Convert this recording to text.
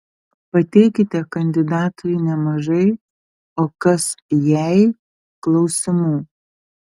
pateikite kandidatui nemažai o kas jei klausimų